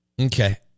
Okay